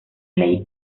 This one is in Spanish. ley